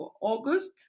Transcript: August